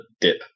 dip